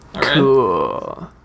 Cool